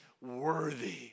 worthy